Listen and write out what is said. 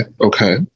okay